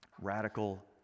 Radical